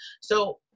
So-